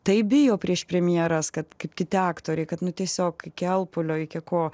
taip bijo prieš premjeras kad kaip kiti aktoriai kad nu tiesiog iki alpulio iki ko